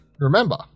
remember